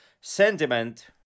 sentiment